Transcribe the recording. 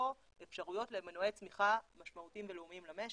אפשרויות למנועי צמיחה משמעותיים ולאומיים למשק.